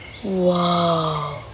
Whoa